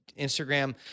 Instagram